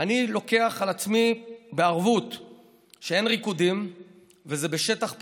אני לוקח על עצמי בערבות שאין ריקודים וזה בשטח פתוח,